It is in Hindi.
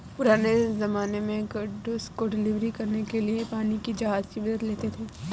पुराने ज़माने में गुड्स को डिलीवर करने के लिए पानी के जहाज की मदद लेते थे